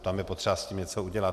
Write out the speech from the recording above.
Tam je potřeba s tím něco udělat.